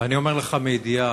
ואני אומר לך מידיעה,